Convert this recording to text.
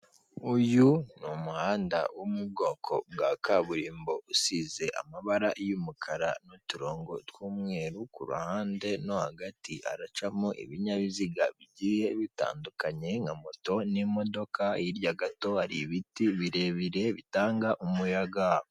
Uyu ni umuhanda wo mu bwoko bwa kaburimbo usize amabara y'umukara n'uturongo tw'umweru, ku ruhande no hagati haracamo ibinyabiziga bigiye bitandukanye nka moto n'imodoka, hirya gato hari ibiti birebire bitanga umuyaga.